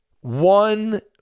One